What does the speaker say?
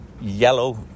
yellow